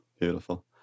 Beautiful